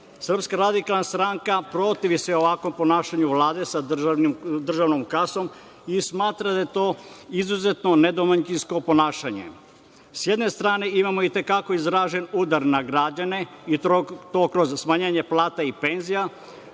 radikalna stranka se protivi ovakvom ponašanju Vlade sa državnom kasom i smatra da je to izuzetno nedomaćinsko ponašanje. S jedne strane imamo i te kako izražen udar na građane i to kroz smanjenje plata i penzija,